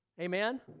Amen